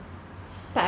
spa~